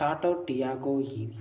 Tata Tiago ev